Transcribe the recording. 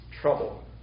trouble